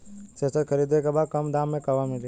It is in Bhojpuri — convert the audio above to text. थ्रेसर खरीदे के बा कम दाम में कहवा मिली?